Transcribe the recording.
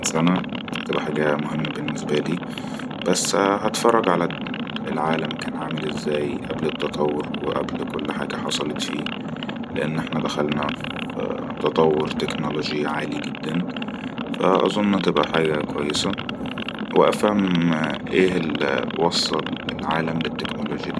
هتئا حاجه مهمه بالنسبة لي ولكن هتفرج على العالم كان عامل ازاي ئبل التطور وئبل كل حاجه حصلت فيه لأننا دخلنا في تطور تكنولوجيا عالي جدن فأظن أن تبقا حاجه كويسه وأفهم ايه يوصل العالم للتكنولوجيا دي